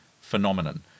phenomenon